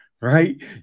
right